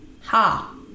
ha